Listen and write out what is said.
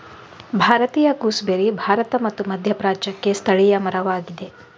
ಭಾರತೀಯ ಗೂಸ್ಬೆರ್ರಿ ಭಾರತ ಮತ್ತು ಮಧ್ಯಪ್ರಾಚ್ಯಕ್ಕೆ ಸ್ಥಳೀಯ ಮರವಾಗಿದೆ